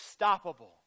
unstoppable